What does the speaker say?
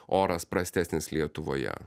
oras prastesnis lietuvoje